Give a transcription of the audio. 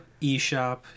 eShop